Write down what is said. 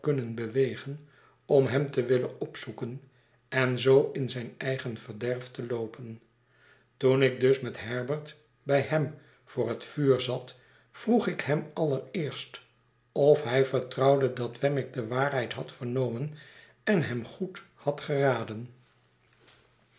bewegen om hem te willen opzoeken en zoo in zijn eigen verderf te loopen toen ik dus met herbert bij hem voor het vuur zat vroeg ik hem allereerst of hij vertrouwde dat wemmick de waarheid had vernomen en hem goed had geraden